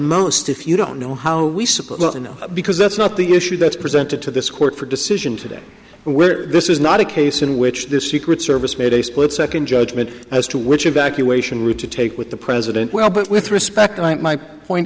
most if you don't know how we suppose to know because that's not the issue that's presented to this court for decision today where this is not a case in which the secret service made a split second judgement as to which evacuation route to take with the president well but with respect